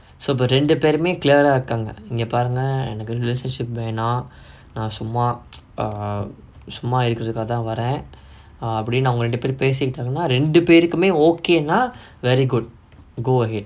so but ரெண்டு பேருமே:rendu perumae clear ah இருக்காங்க இங்க பாருங்க எனக்கு:irukkaanga inga paarunga enakku relationship வேணா நா சும்மா:venaa naa summa err சும்மா இருக்குறதுக்காகதா வர:summa irukkurathukkaagathaa vara ah அப்புடின்டு அவங்க ரெண்டு பேரு பேசிக்கிட்டாங்கனா ரெண்டு பேருக்குமே:appudindu avanga rendu peru pesikkittaanganaa rendu perukumae okay னா:naa very good go ahead